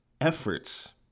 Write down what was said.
efforts